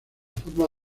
forma